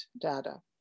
data